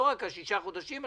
לא רק השישה חודשים,